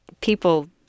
people